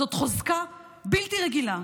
זאת חוזקה בלתי רגילה.